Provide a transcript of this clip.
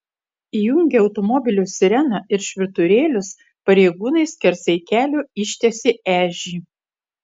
įjungę automobilio sireną ir švyturėlius pareigūnai skersai kelio ištiesė ežį